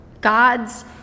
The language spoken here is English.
God's